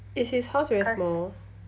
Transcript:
is his house very small